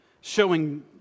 showing